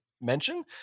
mention